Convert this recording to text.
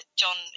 john